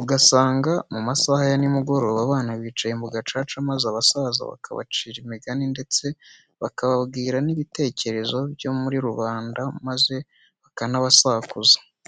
Ugasanga mu masaha ya nimugoroba abana bicaye mu gacaca maze abasaza bakabacira imigani ndetse bakababwira n'ibitekerezo byo muri rubanda maze bakanabasakuza.